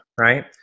Right